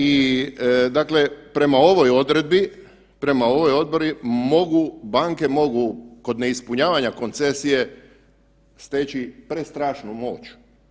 I dakle prema ovoj odredbi, prema ovoj odredbi mogu, banke mogu kod neispunjavanja koncesije steći prestrašnu moć.